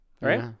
right